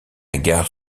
gare